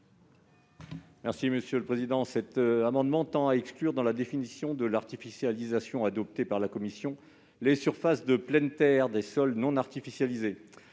l'amendement n° 912. Cet amendement tend à exclure, dans la définition de l'artificialisation adoptée par la commission, les surfaces de pleine terre des sols non artificialisés.